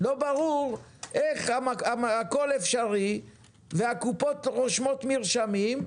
לא ברור איך הכול אפשרי, והקופות רושמות מרשמים,